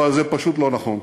אבל זה פשוט לא נכון.